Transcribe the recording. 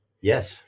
Yes